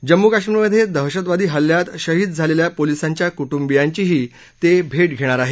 जम्मू काश्मीरमधे दहशतवादी हल्ल्यात शहीद झालेल्या पोलींसाच्या कुटंबियांचीही ते भेट घेणार आहेत